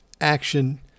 action